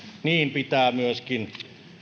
niin pitää myöskin